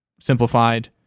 simplified